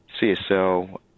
CSL